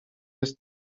jest